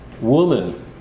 woman